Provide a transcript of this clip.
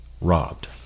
robbed